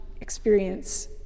experience